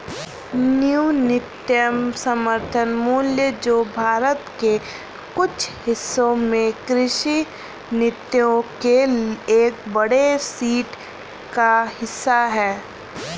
न्यूनतम समर्थन मूल्य जो भारत के कुछ हिस्सों में कृषि नीतियों के एक बड़े सेट का हिस्सा है